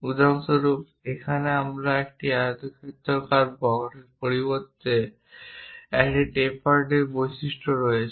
উদাহরণস্বরূপ এখানে আমাদের কাছে একটি আয়তক্ষেত্রের পরিবর্তে একটি টেপারড বৈশিষ্ট্য রয়েছে